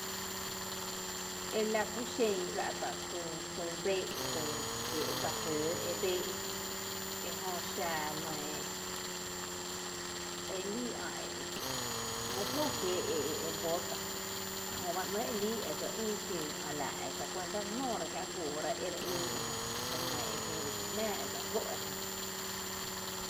Ela kú xen fa’ tá’ tü tü bee’ tü kiee’ dsa jǿǿ e bee’ ejö xa nɇɇ elii ä’ mý ‘mo kiee’ e e bó tá’ jöba ‘né’ e líi edse ïï kiǿǿ a la e tacuanta re jnóora kiä’ guoora ere ïï ere ïï ejö e nɇ e jmⱥⱥ e dse gó’ ejö,